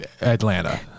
Atlanta